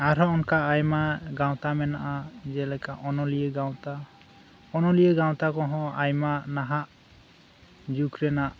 ᱟᱨᱦᱚᱸ ᱚᱱᱠᱟ ᱟᱭᱢᱟ ᱜᱟᱶᱛᱟ ᱢᱮᱱᱟᱜᱼ ᱟ ᱡᱮᱞᱮᱠᱟ ᱚᱱᱚᱞᱤᱭᱟᱹ ᱜᱟᱶᱛᱟ ᱚᱱᱚᱞᱤᱭᱟᱹ ᱜᱟᱶᱛᱟ ᱠᱚᱦᱚᱸ ᱟᱭᱢᱟ ᱱᱟᱦᱟᱜ ᱡᱩᱜᱽ ᱨᱮᱱᱟᱜ